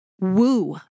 woo